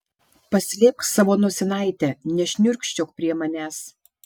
paslėpk savo nosinaitę nešniurkščiok prie manęs